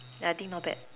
yeah I think not bad